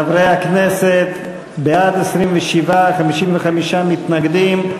חברי הכנסת, בעד, 27, 55 מתנגדים.